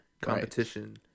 competition